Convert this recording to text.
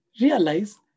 realize